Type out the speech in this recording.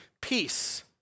peace